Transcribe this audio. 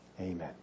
Amen